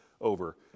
over